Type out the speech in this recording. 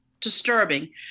disturbing